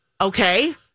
okay